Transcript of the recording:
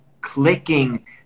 clicking